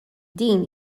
din